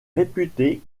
réputé